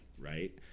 right